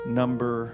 number